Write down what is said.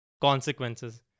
consequences